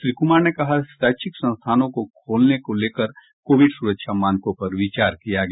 श्री कुमार ने कहा कि शैक्षिक संस्थानों को खोलने को लेकर कोविड सुरक्षा मानकों पर विचार किया गया